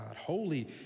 holy